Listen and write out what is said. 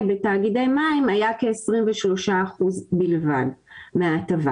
בתאגידי מים היה כ-23% בלבד מההטבה.